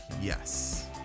yes